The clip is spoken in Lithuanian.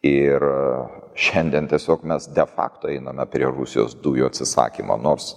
ir šiandien tiesiog mes defakto einame prie rusijos dujų atsisakymo nors